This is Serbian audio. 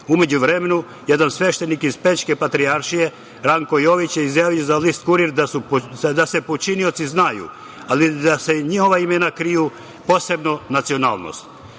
međuvremenu jedan sveštenik iz Pećke Patrijaršije, Ranko Jović je izjavio za list „Kurir“ da se počinioci znaju, ali da se njihova imena kriju, posebno nacionalnost. Do